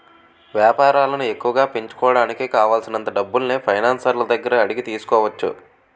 వేపారాలను ఎక్కువగా పెంచుకోడానికి కావాలిసినంత డబ్బుల్ని ఫైనాన్సర్ల దగ్గర అడిగి తీసుకోవచ్చు